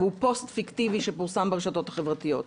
הוא פוסט פיקטיבי שפורסם ברשתות החברתיות.